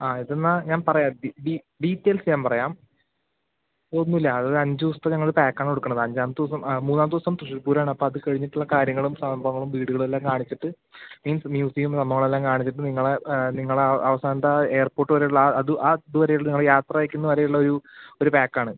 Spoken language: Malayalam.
ആ ഇതെന്നാൽ ഞാൻ പറയാം ഡീറ്റെയിൽസ് ഞാൻ പറയാം ഒന്നുമില്ല അത് അഞ്ചു ദിവസത്തെ ഞങ്ങൾ പാക്ക് ആണ് കൊടുക്കണത് അഞ്ചാമത്തെ ദിവസം മൂന്നാമത്തെ ദിവസം തൃശ്ശൂർപ്പൂരം ആണ് അപ്പോൾ അത് കഴിഞ്ഞിട്ടുള്ള കാര്യങ്ങളും സംഭവങ്ങളും വീടുകളും ഏല്ലാം കാണിച്ചിട്ട് മീൻസ് മ്യൂസിയവും മോളെല്ലാം കാണിച്ചിട്ട് നിങ്ങളെ നിങ്ങളെ അവസാനത്തെ ആ എയർപോർട്ട് വരെയുള്ള ആ അതു ആ ഇതുവരെയുള്ള നിങ്ങളെ യാത്ര അയക്കുന്ന വരെ ഉള്ളൊരു ഒരു പാക്ക് ആണ്